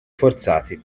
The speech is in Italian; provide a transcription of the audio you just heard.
forzati